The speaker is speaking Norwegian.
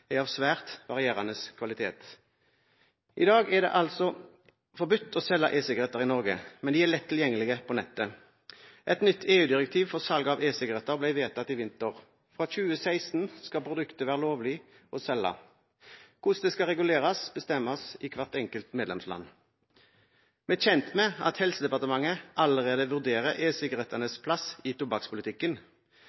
er av svært varierende kvalitet. I dag er det altså forbudt å selge e-sigaretter i Norge, men de er lett tilgjengelige på nettet. Et nytt EU-direktiv for salg av e-sigaretter ble vedtatt i vinter. Fra 2016 skal produktet være lovlig å selge. Hvordan det skal reguleres, bestemmes i hvert enkelt medlemsland. Vi er kjent med at Helsedepartementet allerede vurderer